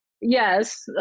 Yes